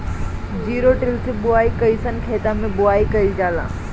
Zero till से बुआई कयिसन खेते मै बुआई कयिल जाला?